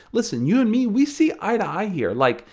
listen, you and me, we see eye to eye here. like,